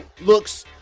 looks